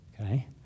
Okay